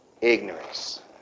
Ignorance